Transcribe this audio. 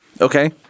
Okay